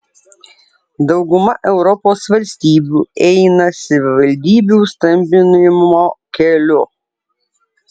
dauguma europos valstybių eina savivaldybių stambinimo keliu